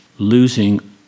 losing